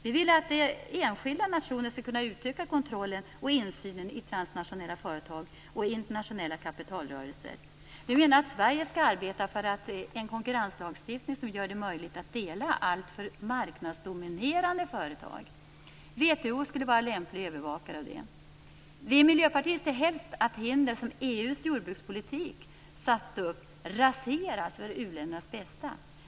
Vi vill att enskilda nationer skall kunna utöka kontrollen och insynen i transnationella företag och i internationella kapitalrörelser. Vi menar att Sverige skall arbeta för en konkurrenslagstiftning som gör det möjligt att dela alltför marknadsdominerande företag. WTO skulle vara lämplig övervakare av detta. Vi i Miljöpartiet ser helst att hinder som EU:s jordbrukspolitik satt upp raseras, för u-ländernas bästa.